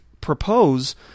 propose